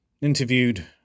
Interviewed